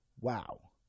Wow